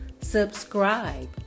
Subscribe